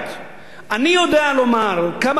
אני יודע לומר כמה חברות במשק,